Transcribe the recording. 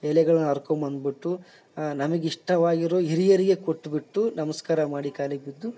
ಎಲೆಗಳನ್ನ ಹರ್ಕೊಂಬಂದ್ಬಿಟ್ಟು ನಮಗೆ ಇಷ್ಟವಾಗಿರೊ ಹಿರಿಯರಿಗೆ ಕೊಟ್ಟುಬಿಟ್ಟು ನಮಸ್ಕಾರ ಮಾಡಿ ಕಾಲಿಗೆ ಬಿದ್ದು